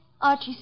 Archie